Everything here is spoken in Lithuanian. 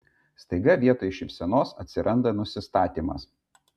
staiga vietoj šypsenos atsiranda nusistatymas